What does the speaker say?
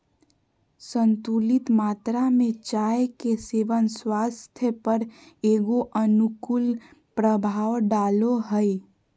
संतुलित मात्रा में चाय के सेवन स्वास्थ्य पर एगो अनुकूल प्रभाव डालो हइ